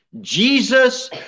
Jesus